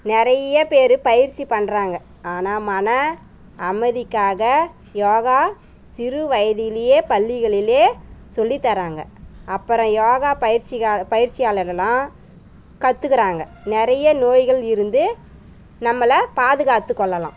நிறைய பேர் பயிற்சி பண்ணுறாங்க ஆனால் மன அமைதிக்காக யோகா சிறு வயதிலேயே பள்ளிகளிலே சொல்லித் தராங்க அப்புறம் யோகாப் பயிற்சிகாக பயிற்சியாளரெல்லாம் கற்றுக்கறாங்க நிறைய நோய்கள் இருந்து நம்மளை பாதுகாத்துக் கொள்ளலாம்